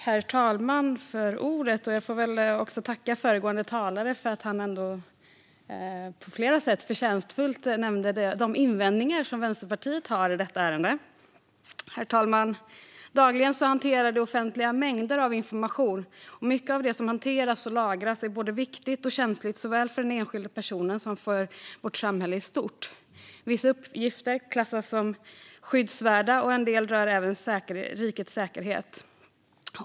Herr talman! Jag tackar föregående talare för att han på flera sätt förtjänstfullt nämnde de invändningar som Vänsterpartiet har i detta ärende. Herr talman! Dagligen hanterar det offentliga mängder av information. Mycket av det som hanteras och lagras är både viktigt och känsligt såväl för den enskilda personen som för vårt samhälle i stort. Vissa uppgifter klassas som skyddsvärda, och en del rör även rikets säkerhet.